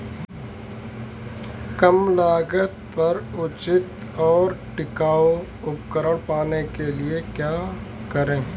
कम लागत पर उचित और टिकाऊ उपकरण पाने के लिए क्या करें?